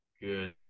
good